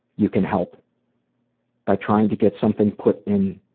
you can help by trying to get something put in